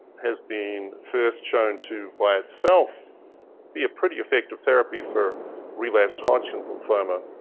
has been first shown to by itself be a pretty effective therapy for relapsed hodgkin's lymphoma,